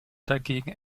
dagegen